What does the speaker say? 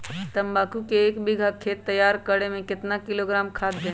तम्बाकू के एक बीघा खेत तैयार करें मे कितना किलोग्राम खाद दे?